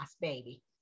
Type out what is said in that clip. baby